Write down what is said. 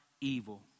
evil